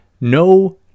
no